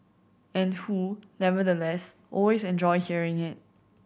and who nevertheless always enjoy hearing it